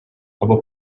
аби